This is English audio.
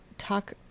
talk